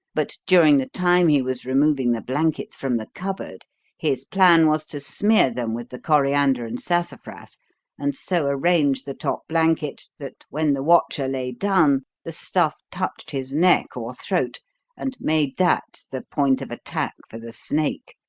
but during the time he was removing the blankets from the cupboard his plan was to smear them with the coriander and sassafras and so arrange the top blanket that when the watcher lay down the stuff touched his neck or throat and made that the point of attack for the snake,